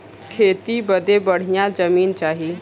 खेती बदे बढ़िया जमीन चाही